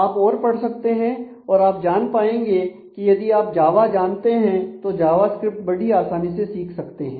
आप और पढ़ सकते हैं और आप जान पाएंगे कि यदि आप जावा जानते हैं तो जावास्क्रिप्ट बड़ी आसानी से सीख सकते हैं